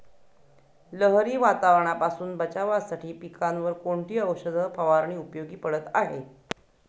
लहरी वातावरणापासून बचावासाठी पिकांवर कोणती औषध फवारणी उपयोगी पडत आहे?